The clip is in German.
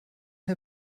der